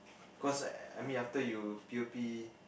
cause I mean after you p_o_p